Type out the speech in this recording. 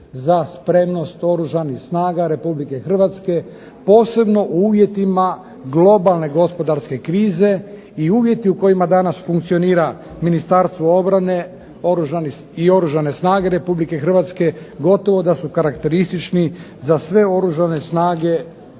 za spremnost Oružanih snaga RH posebno u uvjetima globalne gospodarske krize i uvjeti u kojima danas funkcionira Ministarstvo obrane i Oružane snage RH gotovo da su karakteristični za sve Oružane snage u svijetu.